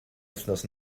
wythnos